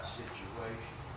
situation